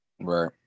Right